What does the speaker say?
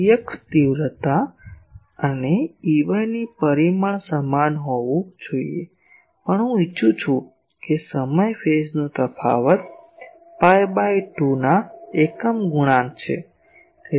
Ex તીવ્રતા અને Ey ની પરિમાણ સમાન હોવું જોઈએ પણ હું ઇચ્છું છું કે સમય ફેઝનો તફાવત પાઈ ભાગ્યા 2 ના એકમ ગુણાંક છે